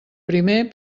primer